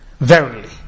Verily